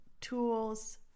tools